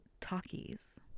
talkies